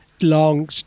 Long